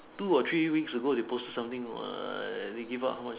two or three weeks ago they posted something what they gave out how much